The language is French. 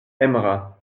aimera